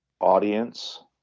Audience